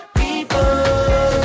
people (